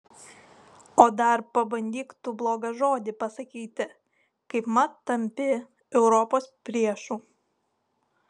o dar pabandyk tu blogą žodį pasakyti kaipmat tampi europos priešu